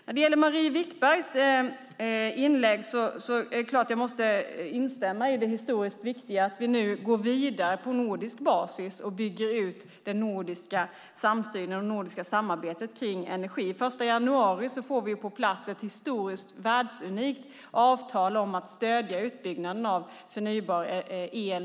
När det gäller Marie Wickbergs inlägg instämmer jag i det historiskt viktiga i att vi nu går vidare på nordisk basis och bygger ut den nordiska samsynen och samarbetet om energi. Den 1 januari får vi ett historiskt världsunikt avtal mellan Norge och Sverige om att stödja utbyggnaden av förnybar el.